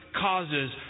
causes